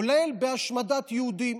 כולל בהשמדת יהודים.